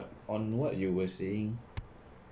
on what you were saying